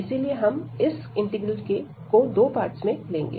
इसीलिए हम इस इंटीग्रल को दो पार्ट्स में लेंगे